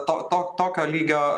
to to tokio lygio